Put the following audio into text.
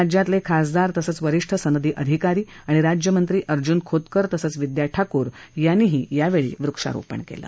राज्यातले खासदार तसंच वरिष्ठ सनदी अधिकारी आणि राज्यमंत्री अर्जुन खोतकार आणि विद्या ठाकूर यांनीही यावेळी वृक्षारोपण केलं